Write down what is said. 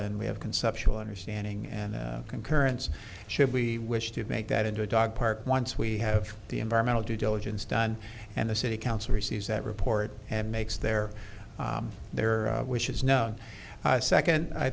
and we have conceptual understanding and concurrence should we wish to make that into a dog park once we have the environmental due diligence done and the city council receives that report and makes their their wishes known second i